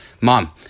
mom